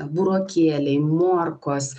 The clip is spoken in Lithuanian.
burokėliai morkos